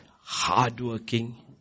hardworking